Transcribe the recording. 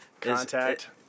contact